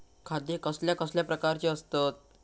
खाते कसल्या कसल्या प्रकारची असतत?